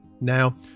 Now